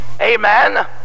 Amen